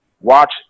watch